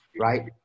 right